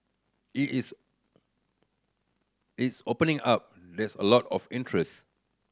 it is is opening up there's a lot of interest